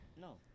No